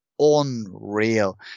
unreal